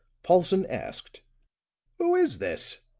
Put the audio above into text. paulson asked who is this?